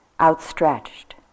outstretched